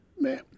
Man